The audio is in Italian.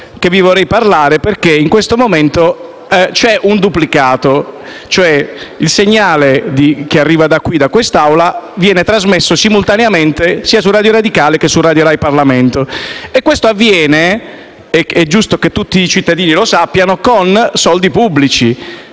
che vi vorrei parlare, perché in questo momento c'è un duplicato: il segnale che arriva da quest'Aula viene infatti trasmesso simultaneamente sia su Radio Radicale che su Rai GrParlamento. Questo avviene - è giusto che tutti i cittadini lo sappiano - con soldi pubblici: